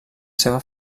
seva